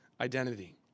identity